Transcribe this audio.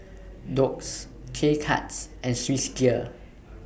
Doux K Cuts and Swissgear